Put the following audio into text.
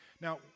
Now